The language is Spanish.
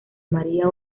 maría